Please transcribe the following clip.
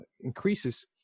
increases